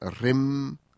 rim